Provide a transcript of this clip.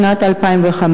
משנת 2005?